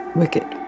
wicked